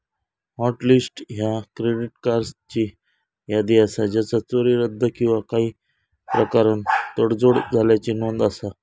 hot list ह्या credit कार्ड्सची यादी असा ज्याचा चोरी, रद्द किंवा काही प्रकारान तडजोड झाल्याची नोंद असा